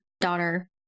daughter